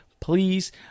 please